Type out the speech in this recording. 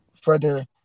further